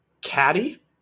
Caddy